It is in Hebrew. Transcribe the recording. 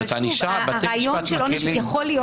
בתי משפט מקלים.